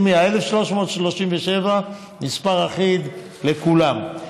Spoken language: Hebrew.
שימי לב, ה-1,337, מספר אחיד לכולם.